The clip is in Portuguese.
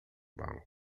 banco